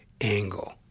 angle